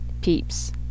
peeps